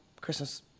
Christmas